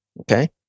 Okay